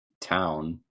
town